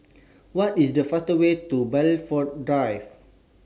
What IS The faster Way to Blandford Drive